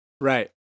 Right